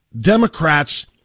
Democrats